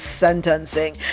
sentencing